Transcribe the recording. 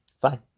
Fine